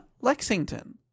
Lexington